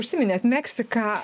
užsiminėt meksiką